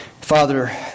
Father